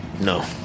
No